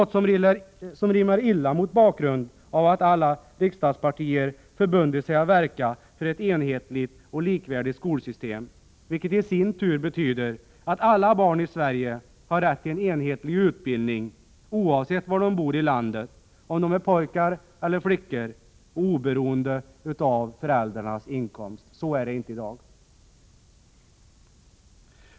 Detta är något som rimmar illa med det faktum att alla riksdagspartier har förbundit sig att verka för ett enhetligt och likvärdigt skolsystem. Ett sådant innebär att alla barn i Sverige skall ha rätt till en enhetlig utbildning, oavsett var de bor i landet, oavsett om de är pojkar eller flickor och oberoende av föräldrarnas inkomst. Så är det inte i dag.